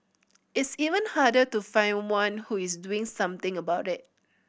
it's even harder to find one who is doing something about it